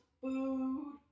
food